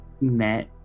met